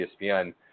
ESPN